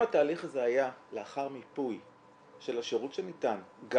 אם התהליך הזה היה לאחר מיפוי של השירות שניתן גם